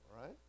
right